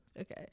okay